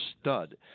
stud